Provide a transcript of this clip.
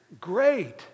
Great